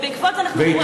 ובעקבות זה אנחנו פועלים,